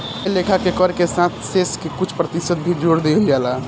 कए लेखा के कर के साथ शेष के कुछ प्रतिशत भी जोर दिहल जाला